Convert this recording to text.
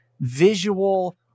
visual